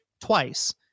twice